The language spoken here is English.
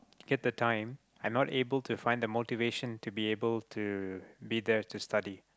get the time I'm not able to find the motivation to be able to be there to study